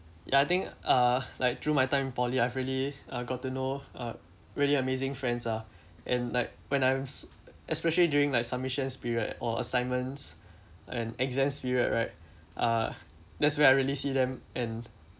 ya I think uh like through my time in poly I've really uh got to know uh really amazing friends ah and like when I'm especially during like submissions period or assignments and exams period right uh that's where I really see them and